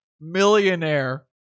millionaire